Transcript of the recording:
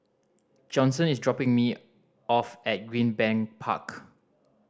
Johnson is dropping me off at Greenbank Park